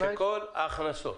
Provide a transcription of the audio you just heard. שכל ההכנסות